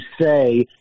say